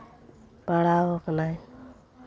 ᱯᱟᱲᱟᱣ ᱟᱠᱟᱱᱟᱭ